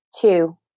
two